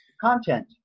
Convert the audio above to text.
Content